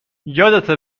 یادته